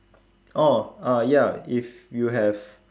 orh uh ya if you have